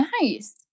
Nice